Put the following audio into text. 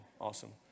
awesome